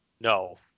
No